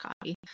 copy